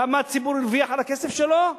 כמה הציבור הרוויח על הכסף שלו?